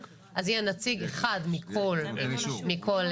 אז יהיה נציג אחד מכל משרד,